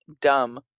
dumb